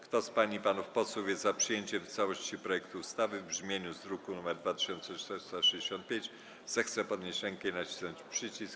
Kto z pań i panów posłów jest za przyjęciem w całości projektu ustawy w brzmieniu z druku nr 2465, zechce podnieść rękę i nacisnąć przycisk.